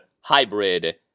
hybrid